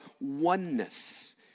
oneness